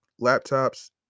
laptops